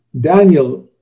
Daniel